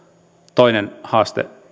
toinen haaste